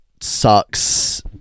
sucks